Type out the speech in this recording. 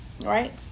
right